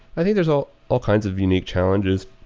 i think there's all all kinds of unique challenges.